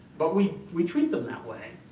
but we we treat them that way,